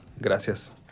gracias